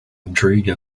intrigue